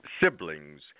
siblings